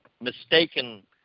mistaken